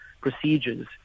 procedures